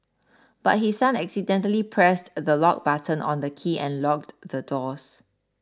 but his son accidentally pressed the lock button on the key and locked the doors